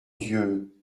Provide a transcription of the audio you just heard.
dieu